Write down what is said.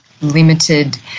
limited